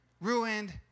ruined